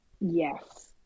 Yes